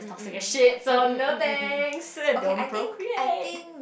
toxic as shit so no thanks don't procreate